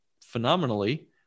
phenomenally